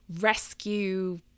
rescue